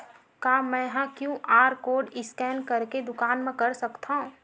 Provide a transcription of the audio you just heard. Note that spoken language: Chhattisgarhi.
का मैं ह क्यू.आर कोड स्कैन करके दुकान मा कर सकथव?